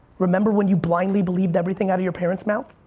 remember when you blindly believed everything out of your parents mouth?